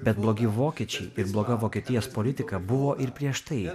bet blogi vokiečiai ir bloga vokietijos politika buvo ir prieš tai